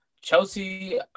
Chelsea